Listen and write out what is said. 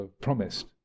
promised